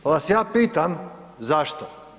Pa vas ja pitam zašto?